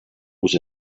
vous